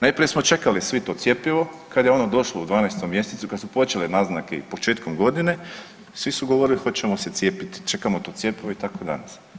Najprije smo čekali svi to cjepivo, kad je ono došlo u 12. mjesecu kad su počele i naznake i početkom godine svi su govorili hoćemo se cijepiti, čekao to cjepivo i tako danas.